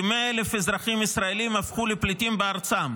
כ-100,000 אזרחים ישראלים הפכו לפליטים בארצם,